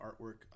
artwork